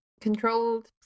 Controlled